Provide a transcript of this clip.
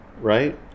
right